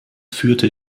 führte